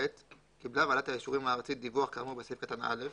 קיבלה ועדת האישורים הארצית דיווח כאמור בסעיף קטן (א),